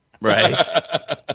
right